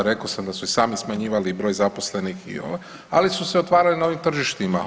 Rekao sam da su i sami smanjivali broj zaposlenih, ali su se otvarali novim tržištima.